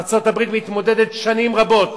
ארצות-הברית מתמודדת שנים רבות,